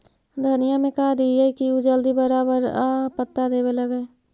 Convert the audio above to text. धनिया में का दियै कि उ जल्दी बड़ा बड़ा पता देवे लगै?